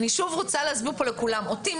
אני שוב רוצה להסביר פה לכולם מה